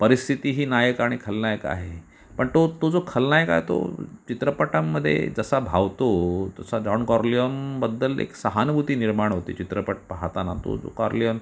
परिस्थिती ही नायक आणि खलनायक आहे पण तो तो जो खलनायक आहे तो चित्रपटांमध्ये जसा भावतो तसा डॉन कार्लीऑनबद्दल एक सहानुभूती निर्माण होते चित्रपट पाहताना तो जो कार्लिऑन